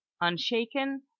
unshaken